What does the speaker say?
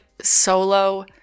solo